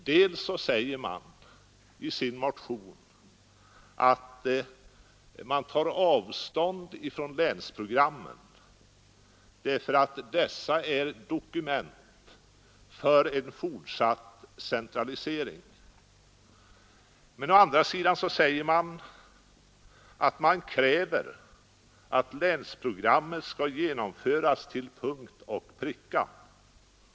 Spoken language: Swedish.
Först säger man i sin motion att man tar avstånd från länsprogrammen därför att dessa är dokument för en fortsatt centralisering. Å andra sidan kräver man att länsprogrammen skall genomföras till punkt och pricka.